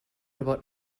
about